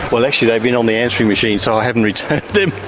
well, actually, they've been on the answering machine, so i haven't returned them.